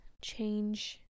change